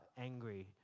angry